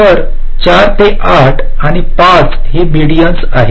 तर 4 ते 8 आणि 5 हे मेडीन्स आहेत